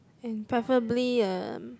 and preferably um